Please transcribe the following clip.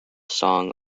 song